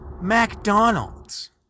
mcdonald's